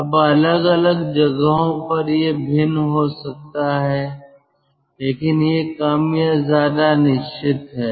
अब अलग अलग जगहों पर यह भिन्न हो सकता है लेकिन यह कम या ज्यादा निश्चित है